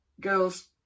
girls